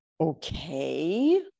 okay